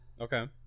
Okay